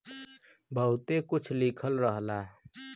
बहुते कुछ लिखल रहला